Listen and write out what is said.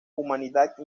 humanidad